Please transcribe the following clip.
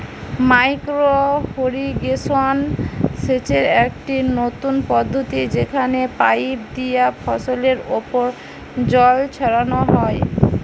micro irrigation সেচের একটি নতুন পদ্ধতি যেখানে পাইপ দিয়া ফসলের ওপর জল ছড়ানো হয়